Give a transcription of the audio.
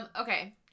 Okay